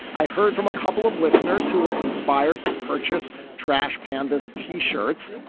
i heard from a couple of listeners who were inspired to purchase trash pandas t-shirts.